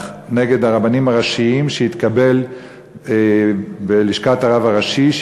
נגד הרבנים הראשיים שהתקבל בלשכת הרב הראשי,